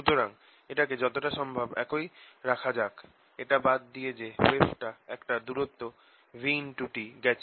সুতরাং এটাকে যতটা সম্ভব একই রাখা যাক এটা বাদ দিয়ে যে ওয়েভটা একটা দূরত্ব vt গেছে